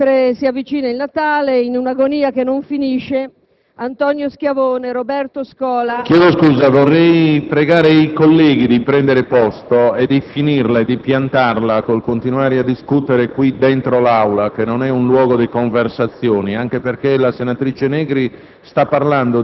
Mentre si avvicina il Natale, in un'agonia che non finisce, Antonio Schiavone, Roberto Scola...